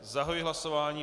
Zahajuji hlasování.